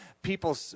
people